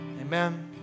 Amen